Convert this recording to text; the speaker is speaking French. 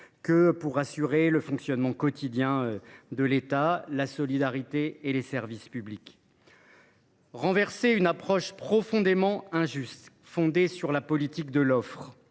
que pour assurer le fonctionnement quotidien de l’État, la solidarité et les services publics. Renverser une approche profondément injuste fondée sur la politique de l’offre,